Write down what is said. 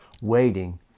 waiting